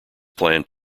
planned